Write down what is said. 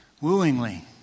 wooingly